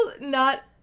not-